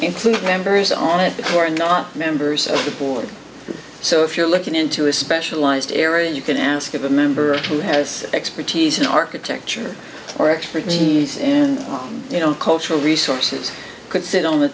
include members on it or not members of the board so if you're looking into a specialized area you can ask of a member of who has expertise in architecture or expertise and you know cultural resources can sit on the